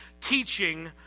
teaching